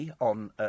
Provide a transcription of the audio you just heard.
on